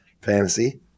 fantasy